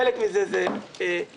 חלק מזה, זו ההכנה.